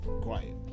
quiet